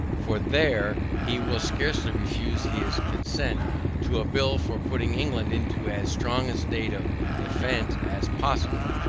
for there he will scarcely refuse his consent to a bill for putting england into as strong a state of defence as possible,